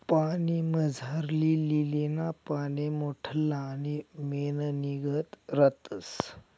पाणीमझारली लीलीना पाने मोठल्ला आणि मेणनीगत रातस